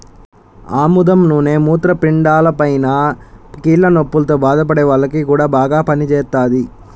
ఆముదం నూనె మూత్రపిండాలపైన, కీళ్ల నొప్పుల్తో బాధపడే వాల్లకి గూడా బాగా పనిజేత్తది